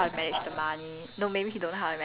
okay maybe not my father cause